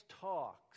talks